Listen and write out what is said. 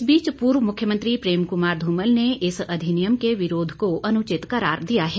इस बीच पूर्व मुख्यमंत्री प्रेम कुमार धूमल ने इस अधिनियम के विरोध को अनुचित करार दिया है